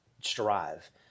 strive